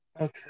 Okay